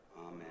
Amen